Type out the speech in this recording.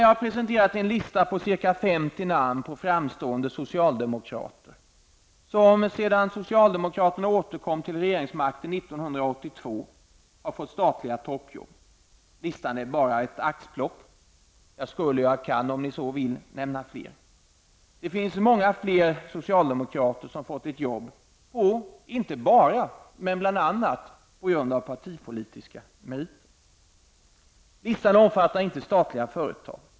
Jag har presenterat en lista på ca 50 namn på framstående socialdemokrater som sedan socialdemokraterna återkom till regeringsmakten 1982 fått statliga toppjobb. Listan är bara ett axplock. Jag skulle och jag kan, om ni så vill, nämna flera. Det finns många fler socialdemokrater som fått ett jobb på, inte bara men bl.a., partipolitiska meriter. Listan omfattar inte statliga företag.